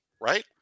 Right